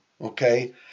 okay